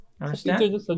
Understand